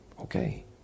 Okay